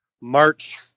March